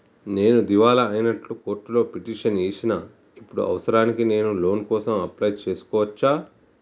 నేను దివాలా అయినట్లు కోర్టులో పిటిషన్ ఏశిన ఇప్పుడు అవసరానికి నేను లోన్ కోసం అప్లయ్ చేస్కోవచ్చా?